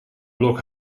blok